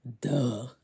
Duh